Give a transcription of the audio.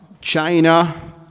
China